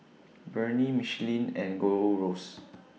Burnie Michelin and Gold Roast